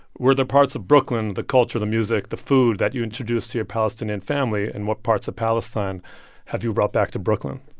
were there parts of brooklyn the culture, the music, the food that you introduced to your palestinian family? and what parts of palestine have you brought back to brooklyn?